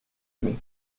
emmy